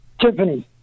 Tiffany